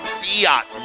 fiat